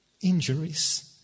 Injuries